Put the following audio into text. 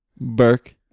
Burke